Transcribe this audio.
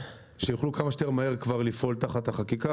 שיוכלו כמה שיותר מהר כבר לפעול תחת החקיקה.